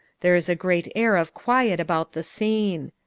there is a great air of quiet about the scene.